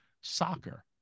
soccer